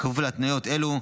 בכפוף להתניות אלה,